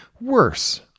Worse